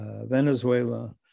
Venezuela